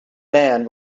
man